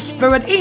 Spirit